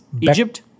Egypt